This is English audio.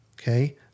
okay